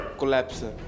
collapse